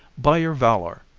by your valour,